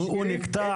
הוא נקטע?